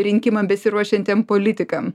rinkimam besiruošiantiem politikam